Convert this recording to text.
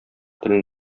телен